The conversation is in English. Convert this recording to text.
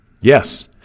Yes